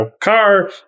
car